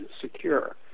secure